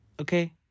okay